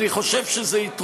אני חושב שזה דבר נכון,